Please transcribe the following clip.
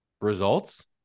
results